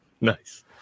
nice